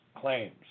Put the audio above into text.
claims